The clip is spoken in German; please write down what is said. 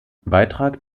beitrag